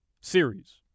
series